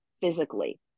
physically